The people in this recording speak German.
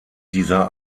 dieser